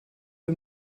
eux